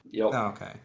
Okay